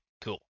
cool